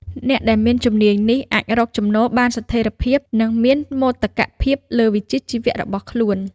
អ្នកដែលមានជំនាញនេះអាចរកចំណូលបានស្ថេរភាពនិងមានមោទកភាពលើវិជ្ជាជីវៈរបស់ខ្លួន។